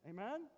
Amen